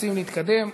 רוצים להתקדם.